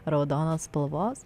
raudonos spalvos